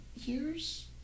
years